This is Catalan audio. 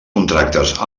contractes